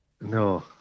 No